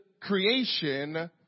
creation